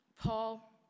Paul